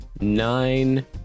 nine